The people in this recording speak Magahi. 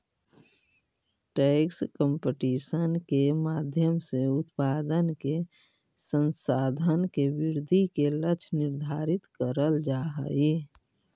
टैक्स कंपटीशन के माध्यम से उत्पादन के संसाधन के वृद्धि के लक्ष्य निर्धारित करल जा हई